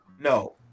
no